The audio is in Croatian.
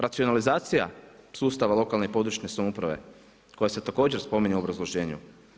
Racionalizacija sustava lokalne i područne samouprave koja se također spominje u obrazloženju.